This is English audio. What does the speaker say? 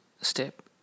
step